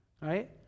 Right